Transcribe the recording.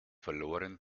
verloren